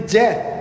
death